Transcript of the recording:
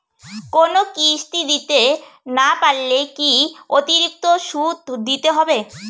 কোনো কিস্তি দিতে না পারলে কি অতিরিক্ত সুদ দিতে হবে?